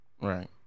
right